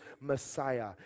Messiah